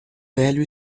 velho